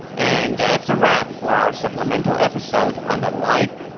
and that's wrap for our supplemental episode on the life,